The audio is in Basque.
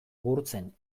gurtzen